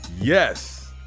Yes